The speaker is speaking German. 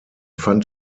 fand